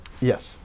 yes